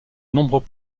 nombreux